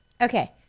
Okay